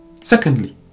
Secondly